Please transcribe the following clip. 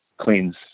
cleans